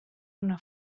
una